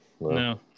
No